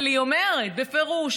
אבל היא אומרת בפירוש,